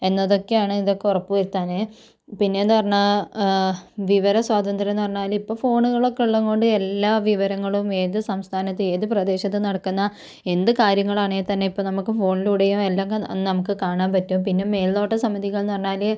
എന്നതൊക്കെയാണ് ഇതൊക്കെ ഉറപ്പുവരുത്താൻ പിന്നെയെന്നു പറഞ്ഞാൽ വിവര സ്വാതന്ത്ര്യമെന്നു പറഞ്ഞാൽ ഇപ്പോൾ ഫോണുകളൊക്കെ ഉള്ളതു കൊണ്ട് എല്ലാ വിവരങ്ങളും ഏത് സംസ്ഥാനത്ത് ഏത് പ്രദേശത്ത് നടക്കുന്ന എന്ത് കാര്യങ്ങളാണെങ്കിൽത്തന്നെ ഇപ്പം നമുക്ക് ഫോണിലൂടെയും എല്ലാക്കാ നമുക്ക് കാണാൻ പറ്റും പിന്നെ മേൽനോട്ട സമിതികൾ എന്ന് പറഞ്ഞാൽ